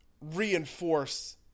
reinforce